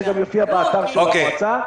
זה גם יופיע באתר של המועצה.